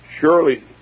Surely